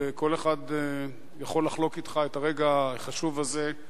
וכל אחד יכול לחלוק אתך את הרגע החשוב הזה,